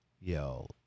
Yo